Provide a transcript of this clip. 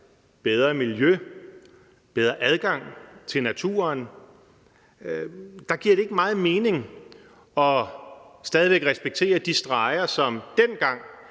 bedre miljø og en bedre adgang til naturen? Det giver ikke meget mening stadig væk at respektere de streger, som dengang,